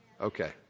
Okay